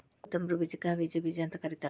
ಕೊತ್ತಂಬ್ರಿ ಬೇಜಕ್ಕ ಹವಿಜಾ ಅಂತ ಕರಿತಾರ